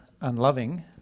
unloving